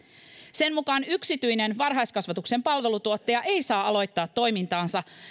sen mukaan yksityinen varhaiskasvatuksen palveluntuottaja ei saa aloittaa toimintaansa